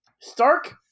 Stark